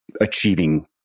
achieving